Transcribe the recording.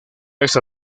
esta